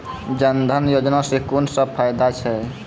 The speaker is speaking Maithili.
जनधन योजना सॅ कून सब फायदा छै?